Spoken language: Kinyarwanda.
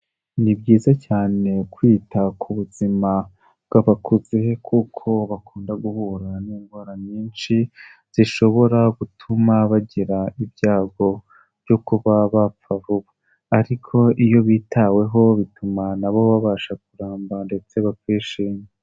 Ni byiza cyane kwita ku buzima bw'abakuze, kuko bakunda guhura n'indwara nyinshi, zishobora gutuma bagira ibyago byo kuba bapfa vuba, ariko iyo bitaweho bituma nabo babasha kuramba ndetse bakishima.